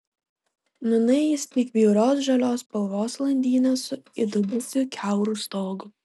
nūnai jis tik bjaurios žalios spalvos landynė su įdubusiu kiauru stogu